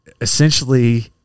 essentially